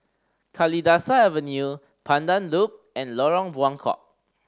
Kalidasa Avenue Pandan Loop and Lorong Buangkok